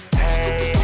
hey